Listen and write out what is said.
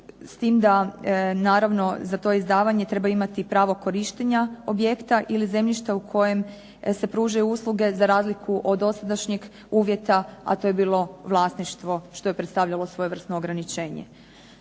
s tim da naravno za to izdavanje trebaju imati i pravo korištenje objekta ili zemljišta u kojem se pružaju usluge za razliku od dosadašnjeg uvjeta, a to je bilo vlasništvo što je predstavljalo svojevrsno ograničenje.